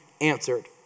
answered